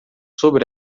sobre